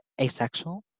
asexual